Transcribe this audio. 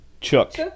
Chuck